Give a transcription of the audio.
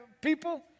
people